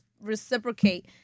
reciprocate